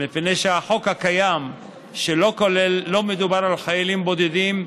החוק הקיים, שלא מדובר בו על חיילים בודדים,